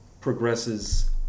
progresses